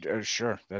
Sure